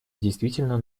действительно